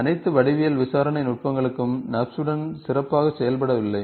அனைத்து வடிவியல் விசாரணை நுட்பங்களும் நர்ப்ஸ் உடன் சிறப்பாக செயல்படவில்லை